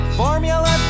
formula